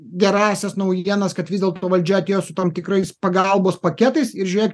gerąsias naujienas kad vis dėlto valdžia atėjo su tam tikrais pagalbos paketais ir žiūrėk